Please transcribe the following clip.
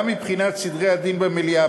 גם מבחינת סדרי הדין במליאה,